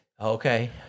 Okay